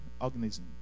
organism